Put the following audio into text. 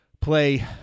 play